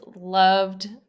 loved